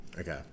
Okay